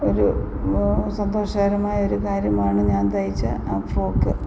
ഒരു സന്തോഷകരമായ ഒരു കാര്യമാണ് ഞാൻ തയ്ച്ച ആ ഫ്രോക്ക്